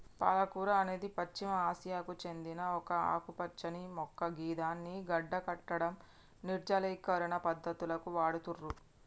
పాలకూర అనేది పశ్చిమ ఆసియాకు సేందిన ఒక ఆకుపచ్చని మొక్క గిదాన్ని గడ్డకట్టడం, నిర్జలీకరణ పద్ధతులకు వాడుతుర్రు